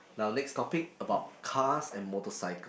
now next topic about cars and motorcycle